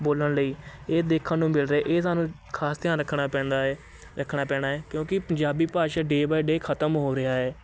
ਬੋਲਣ ਲਈ ਇਹ ਦੇਖਣ ਨੂੰ ਮਿਲ ਰਿਹਾ ਇਹ ਸਾਨੂੰ ਖਾਸ ਧਿਆਨ ਰੱਖਣਾ ਪੈਂਦਾ ਏ ਰੱਖਣਾ ਪੈਣਾ ਹੈ ਕਿਉਂਕਿ ਪੰਜਾਬੀ ਭਾਸ਼ਾ ਡੇ ਬਾਏ ਡੇ ਖਤਮ ਹੋ ਰਿਹਾ ਏ